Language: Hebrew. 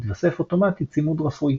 מתווסף אוטומטית צימוד רפוי,